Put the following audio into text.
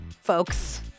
folks